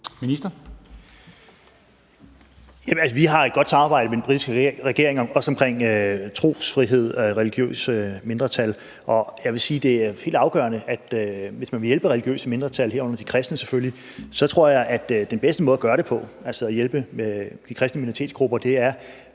Altså, vi har et godt samarbejde med den britiske regering, også omkring trosfrihed og religiøse mindretal, og jeg vil sige, at jeg tror, at hvis man vil hjælpe religiøse mindretal, herunder de kristne selvfølgelig, så er den bedste måde at hjælpe de kristne minoritetsgrupper på ved